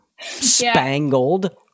spangled